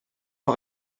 par